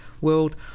world